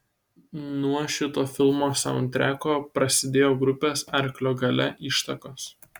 nuo šito filmo saundtreko prasidėjo grupės arklio galia ištakos